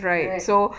right